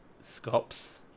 Scops